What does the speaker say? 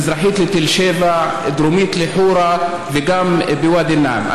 מזרחית לתל שבע, דרומית לחורה, וגם בוואדי א-נעם.